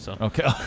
Okay